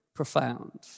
Profound